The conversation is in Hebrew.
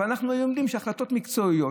ואנחנו היום יודעים שהחלטות מקצועיות